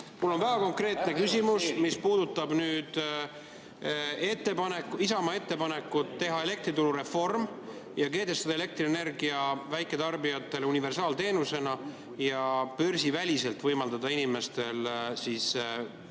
Mul on väga konkreetne küsimus, mis puudutab Isamaa ettepanekut teha elektrituru reform, kehtestada elektrienergia väiketarbijatele universaalteenusena ja börsiväliselt võimaldada inimestel turgu